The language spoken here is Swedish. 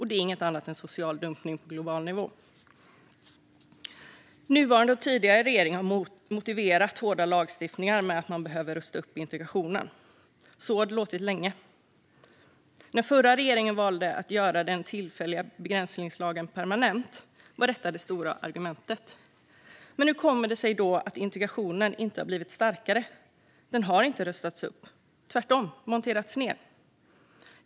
Det är inget annat än social dumpning på global nivå. Nuvarande och tidigare regeringar har motiverat hårda lagstiftningar med att man behövt rusta upp integrationen. Så har det låtit länge. När den förra regeringen valde att göra den tillfälliga begränsningslagen permanent var detta det stora argumentet. Men hur kommer det sig då att integrationen inte har blivit starkare? Den har inte rustats upp, tvärtom monterats ned.